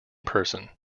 person